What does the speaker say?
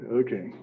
okay